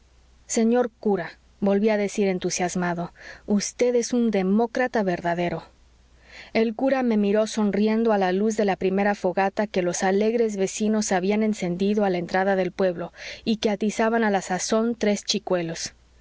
señor cura volví a decir entusiasmado vd es un demócrata verdadero el cura me miró sonriendo a la luz de la primera fogata que los alegres vecinos habían encendido a la entrada del pueblo y que atizaban a la sazón tres chicuelos